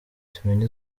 tumenye